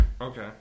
Okay